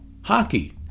hockey